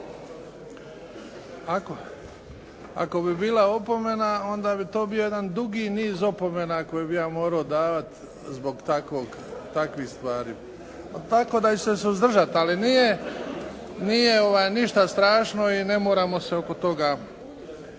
ako bi bila opomena onda bi to bio jedan dugi niz opomena koji bi ja morao davati zbog takvog, takvih stvari. Tako da ću se suzdržati. Ali nije, nije ništa strašno i ne moramo se oko toga.